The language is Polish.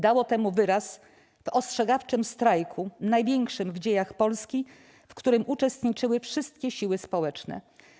Dało temu wyraz w ostrzegawczym strajku, największym w dziejach Polski, w którym uczestniczyły wszystkie siły społeczne.